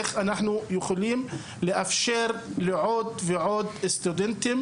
איך אנחנו יכולים לאפשר לעוד סטודנטים